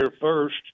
first